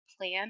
plan